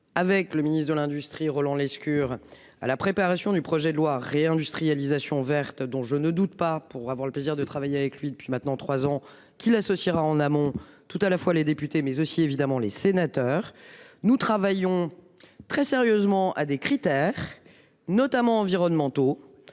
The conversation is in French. Avec le ministre de l'Industrie Roland Lescure à la préparation du projet de loi réindustrialisation verte dont je ne doute pas, pour avoir le plaisir de travailler avec lui depuis maintenant 3 ans qu'il associera en amont tout à la fois les députés mais aussi évidemment les sénateurs. Nous travaillons très sérieusement à des critères. Notamment environnementaux.